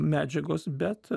medžiagos bet